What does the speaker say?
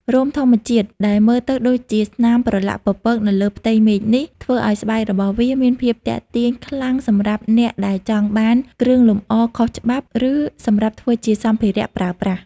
រោមធម្មជាតិដែលមើលទៅដូចជាស្នាមប្រឡាក់ពពកនៅលើផ្ទៃមេឃនេះ ធ្វើឲ្យស្បែករបស់វាមានភាពទាក់ទាញខ្លាំងសម្រាប់អ្នកដែលចង់បាន គ្រឿងលម្អ ខុសច្បាប់ ឬសម្រាប់ធ្វើជា សម្ភារៈប្រើប្រាស់ ។